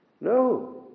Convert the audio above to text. No